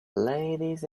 ladies